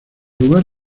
lugar